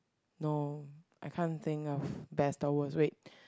no I can't think of best or worst wait